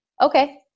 okay